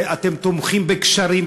ואתם תומכים בקשרים,